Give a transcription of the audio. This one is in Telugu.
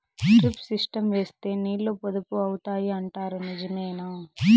డ్రిప్ సిస్టం వేస్తే నీళ్లు పొదుపు అవుతాయి అంటారు నిజమేనా?